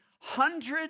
Hundreds